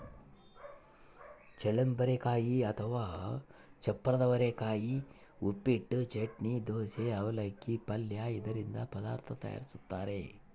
ಚಳ್ಳಂಬರೆಕಾಯಿ ಅಥವಾ ಚಪ್ಪರದವರೆಕಾಯಿ ಉಪ್ಪಿಟ್ಟು, ಚಟ್ನಿ, ದೋಸೆ, ಅವಲಕ್ಕಿ, ಪಲ್ಯ ಇದರಿಂದ ಪದಾರ್ಥ ತಯಾರಿಸ್ತಾರ